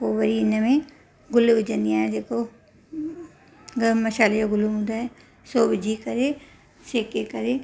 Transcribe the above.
पोइ वरी इनमें गुलु विझंदी आहियां जेको गरम मसाले जो गुलु हुंदो आहे सो विझी करे सेके करे